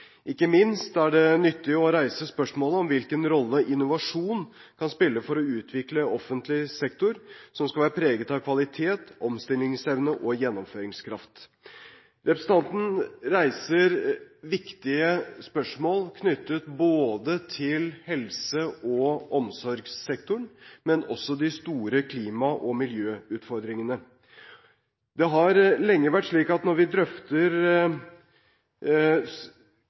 Ikke minst er det nyttig å reise spørsmålet om hvilken rolle innovasjon kan spille for å utvikle offentlig sektor, som skal være preget av kvalitet, omstillingsevne og gjennomføringskraft. Representanten reiser viktige spørsmål knyttet til både helse og omsorgssektoren og de store klima- og miljøutfordringene. Det har lenge vært slik at når vi drøfter